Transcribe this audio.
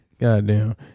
goddamn